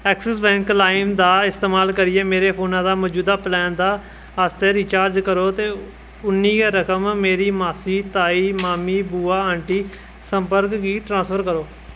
Axis bank लाइम दा इस्तमाल करियै मेरे फोनै दा मजूदा प्लान दा आस्तै रिचार्ज करो ते उन्नी गै रकम मेरी मासी ताई मामी बूआ आंटी संपर्क गी ट्रांसफर करो